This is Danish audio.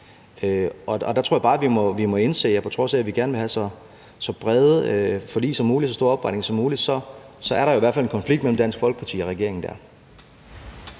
Jeg tror bare, vi må indse, at på trods af at vi gerne vil have så brede forlig som muligt og så stor opbakning som muligt, så er der i hvert fald en konflikt mellem Dansk Folkeparti og regeringen der.